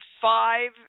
five